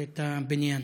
ואת הבניין.